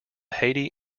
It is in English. haiti